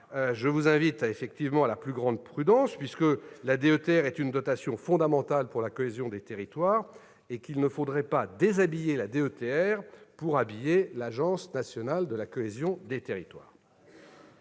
Je vous invite à la plus grande prudence, car la DETR est une dotation fondamentale pour la cohésion des territoires. Il ne faudrait pas déshabiller la DETR pour habiller l'agence nationale de la cohésion des territoires.